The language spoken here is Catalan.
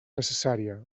necessària